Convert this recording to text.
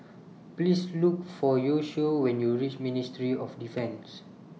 Please Look For Yoshio when YOU REACH Ministry of Defence